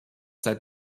seit